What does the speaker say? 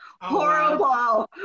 Horrible